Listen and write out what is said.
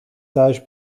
thuis